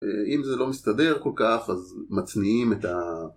אם זה לא מסתדר כל כך, אז מצניעים את ה...